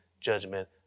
judgment